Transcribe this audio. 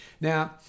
Now